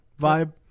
vibe